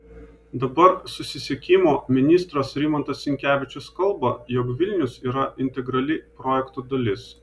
dabar susisiekimo ministras rimantas sinkevičius kalba jog vilnius yra integrali projekto dalis